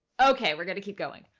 ok, we're going to keep going.